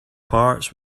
parts